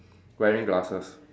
wearing glasses